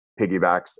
piggybacks